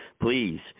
please